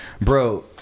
bro